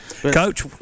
Coach